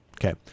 Okay